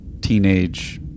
teenage